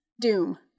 Doom